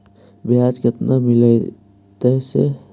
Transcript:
बियाज केतना मिललय से?